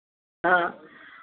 हाँ